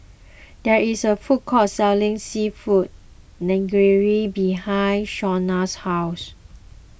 there is a food court selling Seafood Linguine behind Shawnna's house